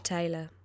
Taylor